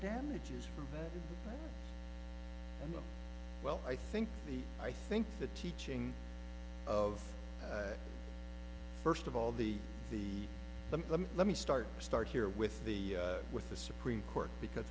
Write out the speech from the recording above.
damages and well i think the i think the teaching of first of all the the let me let me start start here with the with the supreme court because